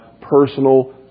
personal